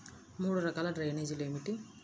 మూడు రకాల డ్రైనేజీలు ఏమిటి?